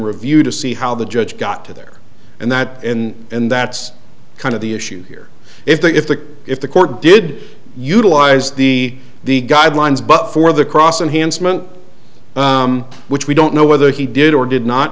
review to see how the judge got to there and that in and that's kind of the issue here if the if the if the court did utilize the the guidelines but for the cross enhanced month which we don't know whether he did or did not